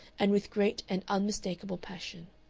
and with great and unmistakable passion,